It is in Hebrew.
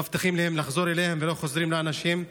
מבטיחים להם לחזור אליהם ולא חוזרים אל האנשים.